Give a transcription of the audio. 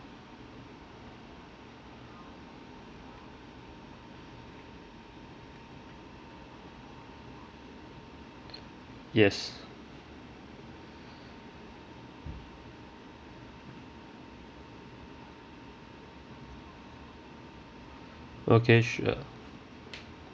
yes okay sure